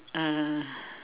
uh